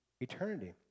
eternity